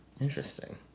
Interesting